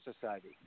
Society